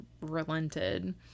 relented